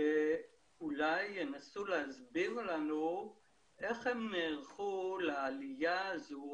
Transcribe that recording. אולי ינסו להסביר לנו איך הם נערכו לעלייה הזאת,